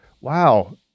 wow